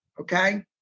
Okay